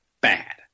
bad